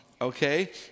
okay